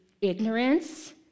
ignorance